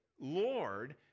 Lord